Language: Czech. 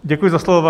Děkuji za slovo.